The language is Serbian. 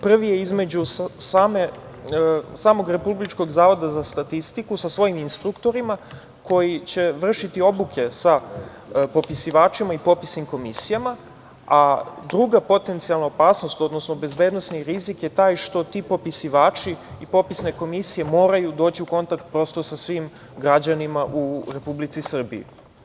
Prvi je između samog Republičkog zavoda za statistiku sa svojim instruktorima, koji će vršiti obuke sa popisivačima i popisnim komisijama, a druga potencijalna opasnost, odnosno bezbednosni rizik je taj što ti popisivači i popisne komisije moraju doći u kontakt prosto sa svim građanima u Republici Srbiji.